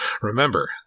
Remember